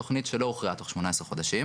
תוכנית שלא הוכרעה תוך 18 חודשים.